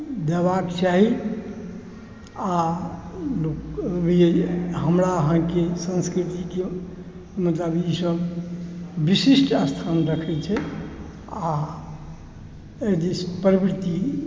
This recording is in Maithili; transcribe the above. देबाक चाही आओर हमरा अहाँके संस्कृतिके मतलब ई सब विशिष्ट स्थान रखै छै आओर एहि दिस प्रवृति